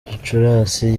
gicurasi